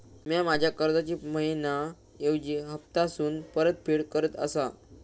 म्या माझ्या कर्जाची मैहिना ऐवजी हप्तासून परतफेड करत आसा